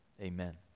amen